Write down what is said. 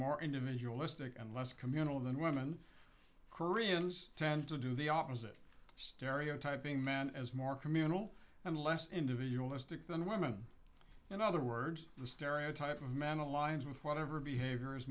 more individualistic and less communal than women koreans tend to do the opposite stereotyping men as more communal and less individualistic than women in other words the stereotype of men aligns with whatever behavior is